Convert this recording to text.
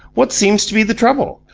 what seems to be the trouble?